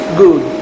good